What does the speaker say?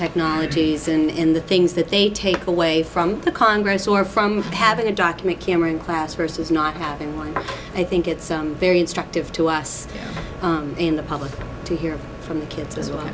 technologies and in the things that they take away from the congress or from having a document cameron class versus not having one i think it's very instructive to us in the public to hear from the kids as well